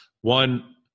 one